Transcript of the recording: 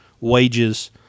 wages